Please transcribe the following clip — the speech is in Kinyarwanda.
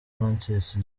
francis